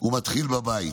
הוא מתחיל בבית,